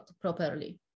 properly